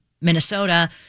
Minnesota